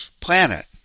planet